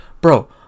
Bro